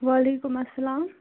وعلیکُم اسلام